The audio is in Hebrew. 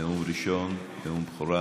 נאום ראשון, נאום בכורה,